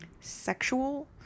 sexual